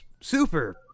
super